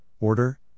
order